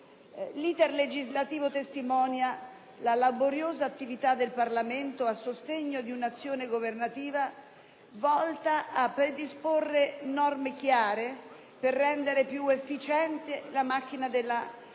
L'*iter* legislativo testimonia la laboriosa attività del Parlamento a sostegno di un'azione governativa volta a predisporre norme chiare per rendere più efficiente la macchina dello